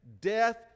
Death